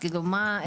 כאילו מה?